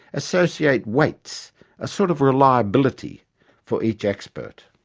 associate weights a sort of reliability for each expert.